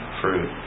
fruit